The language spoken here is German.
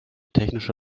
technische